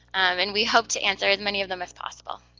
and we hope to answer as many of them as possible.